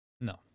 No